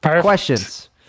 Questions